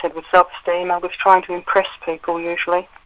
like with self-esteem, and was trying to impress people usually.